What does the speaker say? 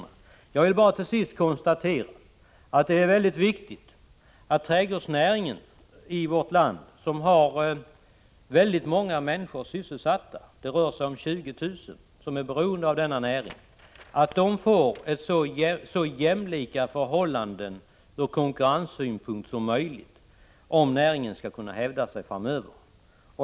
Låt mig till sist bara konstatera att det är mycket viktigt att de många människor som är sysselsatta i trädgårdsnäringen i vårt land — det rör sig om 20 000 människor som är beroende av denna näring — får betingelser som ur konkurrenssynpunkt är så jämlika som möjligt i förhållande till dem som råder i andra näringar. Detta är viktigt för att trädgårdsnäringen skall kunna hävda sig framöver.